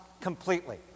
completely